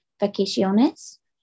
vacaciones